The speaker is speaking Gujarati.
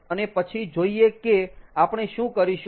અને પછી જોઈએ કે આપણે શું કરીશું